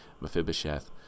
Mephibosheth